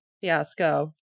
Fiasco